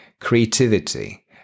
creativity